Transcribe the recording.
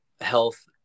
health